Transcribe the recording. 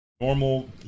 normal